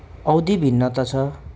औधी भिन्नता छ